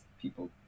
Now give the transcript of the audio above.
people